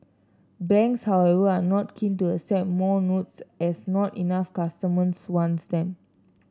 banks however are not keen to accept more notes as not enough customers wants them